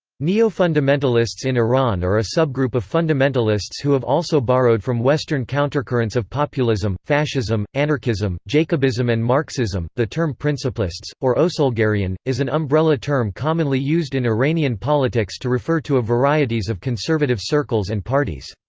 neo-fundamentalists in iran are a subgroup of fundamentalists who have also borrowed from western countercurrents of populism, fascism, anarchism, jacobism and marxism the term principlists, or osoulgarayan, is an umbrella term commonly used in iranian politics to refer to a varieties of conservative circles and parties.